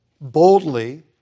boldly